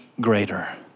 greater